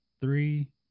three